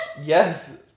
Yes